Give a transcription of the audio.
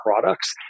products